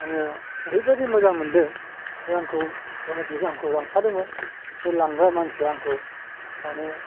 आङो ओरैबायदि मोजां मोन्दों जे आंखौ जायनोखि लांफादोंमोन बे लांग्रा मानसिया आंखौ माने